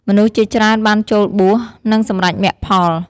មនុស្សជាច្រើនបានចូលបួស និងសម្រេចមគ្គផល។